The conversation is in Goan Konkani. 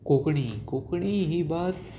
कोंकणी कोंकणी ही भास